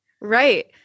Right